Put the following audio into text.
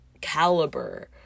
caliber